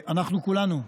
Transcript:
אנחנו כולנו,